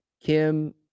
Kim